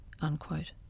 unquote